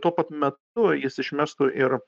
tuo pat metu jis išmestų ir